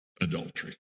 adultery